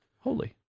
holy